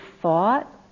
thought